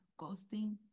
ghosting